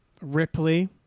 ripley